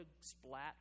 splat